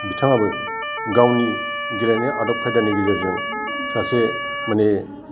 बिथाङाबो गावनि गेलेनाय आदब खायदानि गेजेरजों सासे माने